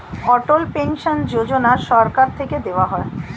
অটল pension Yojana সরকার থেকে দেওয়া হয়